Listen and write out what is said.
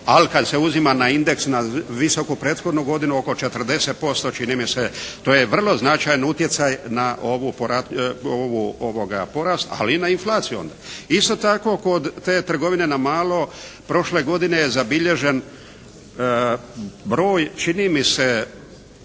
Ali kad se uzima na indeks na visoku prethodnu godinu oko 40% čini mi se, to je vrlo značajan utjecaj na ovaj porast ali i na inflaciju onda. Isto tako kod te trgovine na malo, prošle godine je zabilježen broj čini mi se